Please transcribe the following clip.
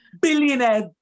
billionaire